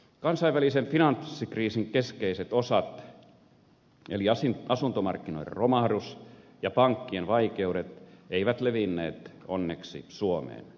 kansainvälisen finanssikriisin keskeiset osat eli asuntomarkkinoiden romahdus ja pankkien vaikeudet eivät levinneet onneksi suomeen